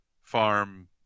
farm